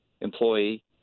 employee